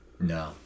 No